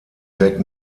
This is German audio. jack